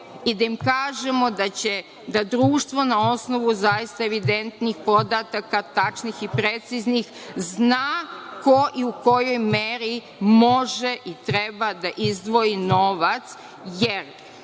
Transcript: i da im kažemo da društvo na osnovu evidentnih podataka, tačnih i preciznih, zna ko i u kojoj meri može i treba da izdvoji novac. Ne